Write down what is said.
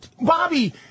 Bobby